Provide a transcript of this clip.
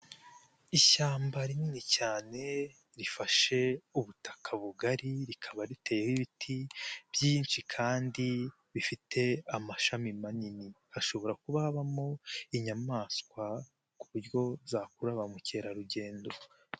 Ishyamba rinini cyane, rifashe ubutaka bugari rikaba riteyeho ibiti byinshi kandi bifite amashami manini, hashobora kuba habamo inyamaswa ku buryo zakurura ba mukerarugendo.